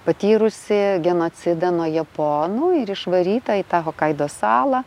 patyrusi genocidą nuo japonų ir išvaryta į tą hokaido salą